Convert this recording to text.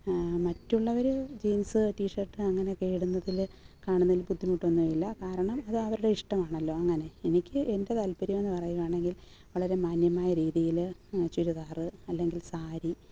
മറ്റുള്ളവർ jeans t shirt അങ്ങനെയൊക്കെ ഇടുന്നതിൽ കാണുന്നതിൽ ബുദ്ധിമുട്ട് ഒന്നുമില്ല കാരണം അത് അവരുടെ ഇഷ്ടമാണല്ലോ അങ്ങനെ എനിക്ക് എൻ്റെ താല്പര്യം എന്നു പറയുകയാണെങ്കിൽ വളരെ മാന്യമായ രീതിയിൽ ചുരിദാർ അല്ലെങ്കിൽ സാരി